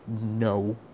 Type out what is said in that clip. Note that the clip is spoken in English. no